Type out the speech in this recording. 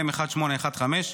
מ/1815.